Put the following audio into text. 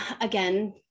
Again